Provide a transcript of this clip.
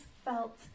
felt